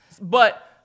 But-